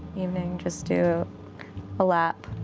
evening, just do a lap.